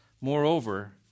Moreover